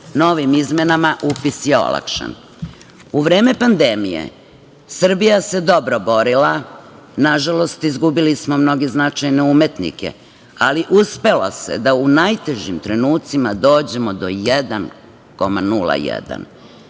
Novim izmenama, upis je olakšan.U vreme pandemije Srbija se dobro borila, nažalost, izgubili smo mnoge značajne umetnike, ali uspelo se da u najtežim trenucima dođemo do 1,01